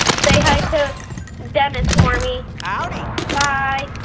say hi to dennis for me howdy bye